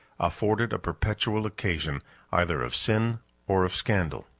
afforded a perpetual occasion either of sin or of scandal.